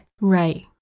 Right